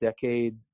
decade